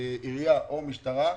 עירייה או משטרה.